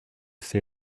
say